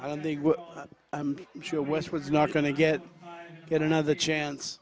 i don't think i'm sure wes was not going to get get another chance